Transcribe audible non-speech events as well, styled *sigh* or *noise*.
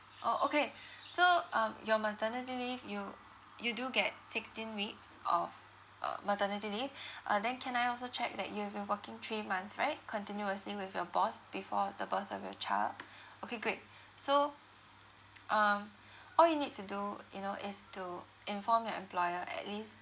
orh okay so um your maternity leave you you do get sixteen weeks of uh maternity leave uh then can I also check that you have been working three months right continuously with your boss before the birth of your child okay great so *noise* um all you need to do you know is to inform your employer at least